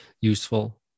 useful